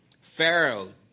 Pharaoh